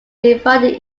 divided